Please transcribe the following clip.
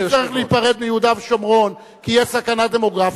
צריך להיפרד מיהודה ושומרון כי יש סכנה דמוגרפית,